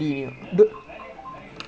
then kay lay just ten minutes to laurese